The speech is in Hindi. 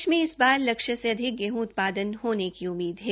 देश में इस बार लक्ष्य से अधिक गेहूं उत्पादन होने की उम्मीद है